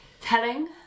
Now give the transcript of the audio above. telling